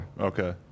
Okay